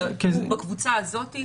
הוא בקבוצה הזאת,